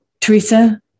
Teresa